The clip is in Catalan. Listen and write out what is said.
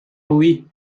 roí